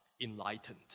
enlightened